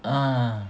ah